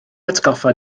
atgoffa